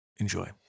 Enjoy